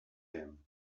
him